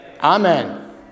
Amen